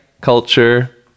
culture